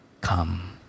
come